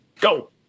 go